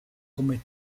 come